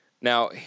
Now